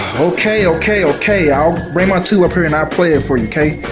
okay okay okay! i'll bring my tuba up here and i'll play it for you k.